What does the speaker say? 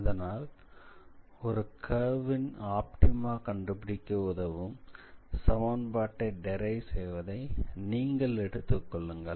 அதனால் ஒரு கர்வ் ன் ஆப்டிமா கண்டுபிடிக்க உதவும் சமன்பாட்டை டிரைவ் செய்வதை நீங்கள் எடுத்துக் கொள்ளுங்கள்